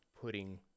putting